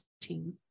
team